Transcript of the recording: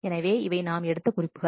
எனவே இவை நாம் எடுத்த குறிப்புகள்